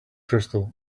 crystal